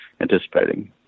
anticipating